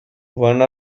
one